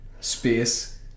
space